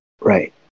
right